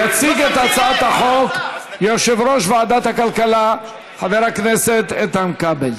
יציג את הצעת החוק יושב-ראש ועדת הכלכלה חבר הכנסת איתן כבל.